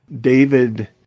David